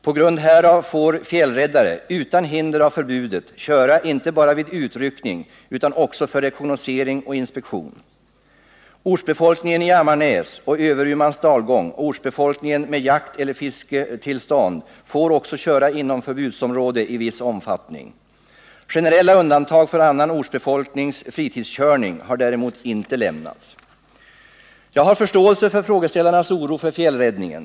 På grund härav får fjällräddare, utan hinder av förbudet, köra inte bara vid utryckning utan också för rekognosering och inspektion. Ortsbefolkningen i Ammarnäs och Överumans dalgång och ortsbefolkning med jakteller fisketillstånd får också köra inom förbudsområde i viss omfattning. Generella undantag för annan ortsbefolknings fritidskörning har däremot inte lämnats. Jag har förståelse för frågeställarnas oro för fjällräddningen.